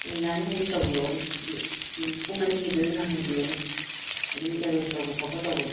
ꯑꯣ ꯌꯥꯅꯤ ꯍꯥꯏꯔꯗꯤ ꯇꯧꯕꯤꯔꯛꯑꯣꯅꯦ ꯑꯗꯨ ꯄꯨꯡ ꯑꯅꯤꯒꯤꯗꯨꯗ ꯅꯪꯍꯟꯕꯤꯔꯣꯅꯦ ꯑꯗꯨꯝ ꯑꯦꯔꯦꯟꯁ ꯇꯧꯕ ꯈꯣꯠꯄ ꯇꯧꯕꯗꯣ